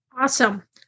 Awesome